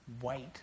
Wait